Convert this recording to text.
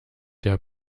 der